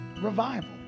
Revival